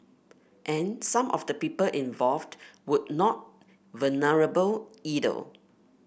and some of the people involved would not vulnerable